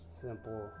simple